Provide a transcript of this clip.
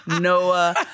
Noah